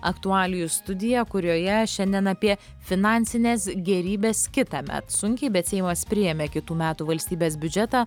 aktualijų studija kurioje šiandien apie finansines gėrybes kitąmet sunkiai bet seimas priėmė kitų metų valstybės biudžetą